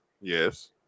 Yes